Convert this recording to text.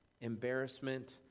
embarrassment